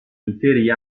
interi